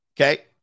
Okay